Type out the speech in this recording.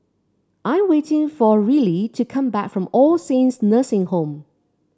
I waiting for Rillie to come back from All Saints Nursing Home